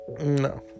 no